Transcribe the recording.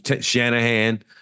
Shanahan